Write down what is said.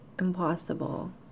impossible